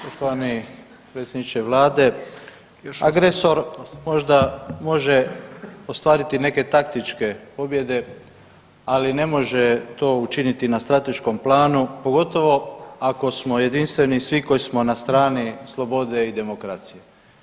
Poštovani predsjedniče vlade agresor možda može ostvariti neke taktičke pobjede, ali ne može to učiniti na strateškom planu pogotovo ako smo jedinstveni svi koji smo na strani slobode i demokracije.